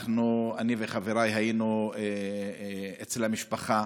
אנחנו, אני וחבריי, היינו אצל המשפחה.